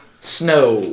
Snow